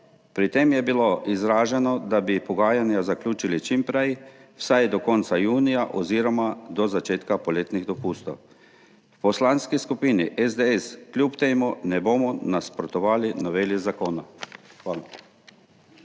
Pri tem je bilo izraženo, da bi pogajanja zaključili čim prej, vsaj do konca junija oziroma do začetka poletnih dopustov. V Poslanski skupini SDS kljub temu ne bomo nasprotovali noveli zakona. Hvala.